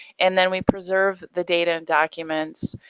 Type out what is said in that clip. and then we preserve the data and documents,